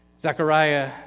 Zechariah